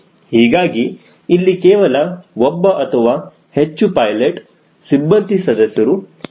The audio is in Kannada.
ಹೀಗಾಗಿ ಅಲ್ಲಿ ಕೇವಲ ಒಬ್ಬ ಅಥವಾ ಹೆಚ್ಚು ಪೈಲೆಟ್ ಸಿಬ್ಬಂದಿ ಸದಸ್ಯರು ಇರಬಹುದು